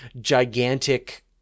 gigantic